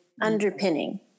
underpinning